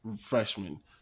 freshman